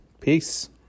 Peace